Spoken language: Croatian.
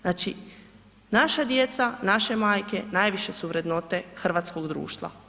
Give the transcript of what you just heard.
Znači, naša djeca, naše majke najviše su vrednote hrvatskog društva.